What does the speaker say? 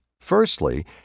Firstly